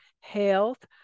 health